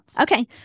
Okay